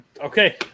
Okay